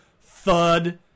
Thud